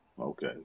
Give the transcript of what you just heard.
Okay